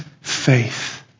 faith